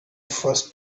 first